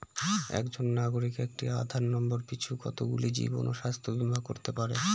একজন নাগরিক একটি আধার নম্বর পিছু কতগুলি জীবন ও স্বাস্থ্য বীমা করতে পারে?